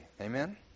Amen